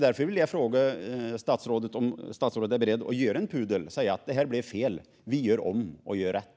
Därför vill jag fråga statsrådet om statsrådet är beredd att göra en pudel och säga: Det här blev fel - vi gör om och gör rätt.